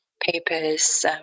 papers